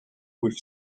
with